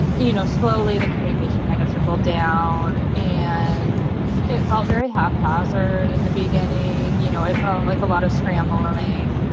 you know, slowly the communication kind of trickled down. and it felt very haphazard in the beginning. you know, it felt like a lot of scrambling.